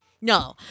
No